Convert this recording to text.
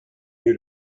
you